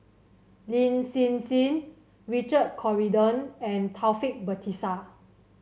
Lin Hsin Hsin Richard Corridon and Taufik Batisah